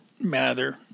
Mather